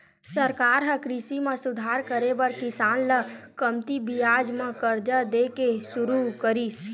सरकार ह कृषि म सुधार करे बर किसान ल कमती बियाज म करजा दे के सुरू करिस